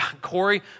Corey